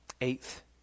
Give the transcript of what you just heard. Eighth